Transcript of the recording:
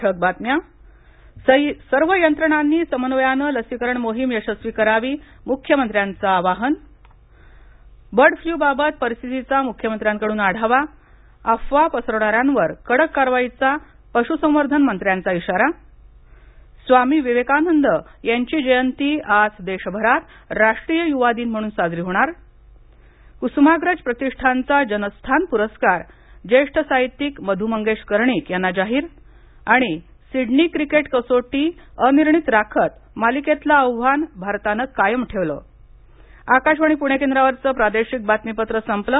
ठळक बातम्या सर्व यंत्रणांनी समन्वयाने लसीकरण मोहीम यशस्वी करावी म्रख्यमंत्र्यांचं आवाहन बर्ड फ्ल्यूबाबत परिस्थितीचा मुख्यमंत्र्यांकडून आढावा अफवा पसरवणाऱ्यांवर कडक कारवाईचा पशूसंवर्धन मंत्र्यांचा इशारा स्वामी विवेकानंद यांची जयंती आज देशभरात राष्ट्रीय युवा दिन म्हणून साजरी होणार कुसुमाग्रज प्रतिष्ठानचा जनस्थान पुरस्कार ज्येष्ठ साहित्यिक मधू मंगेश कर्णिक यांना जाहीर आणि सिडनी क्रिकेट कसोटी अनिर्णीत राखत मालिकेतलं आव्हान भारतानं कायम ठेवलं आकाशवाणी पणे केंद्रावरचं प्रादेशिक बातमीपत्र संपलं